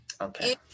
Okay